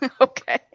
Okay